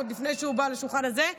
עוד לפני שהוא בא לשולחן הזה,